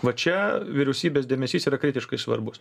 va čia vyriausybės dėmesys yra kritiškai svarbus